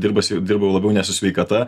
dirbusi dirbau labiau ne su sveikata